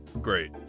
Great